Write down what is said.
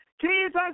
Jesus